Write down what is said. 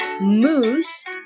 moose